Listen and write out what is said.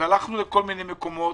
ולעוד כל מיני מקומות.